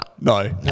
no